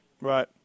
Right